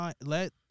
let